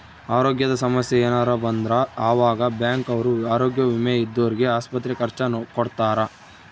ಅರೋಗ್ಯದ ಸಮಸ್ಸೆ ಯೆನರ ಬಂದ್ರ ಆವಾಗ ಬ್ಯಾಂಕ್ ಅವ್ರು ಆರೋಗ್ಯ ವಿಮೆ ಇದ್ದೊರ್ಗೆ ಆಸ್ಪತ್ರೆ ಖರ್ಚ ಕೊಡ್ತಾರ